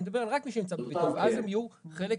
אני מדבר רק על מי שנמצא בביתו.